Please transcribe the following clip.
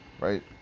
right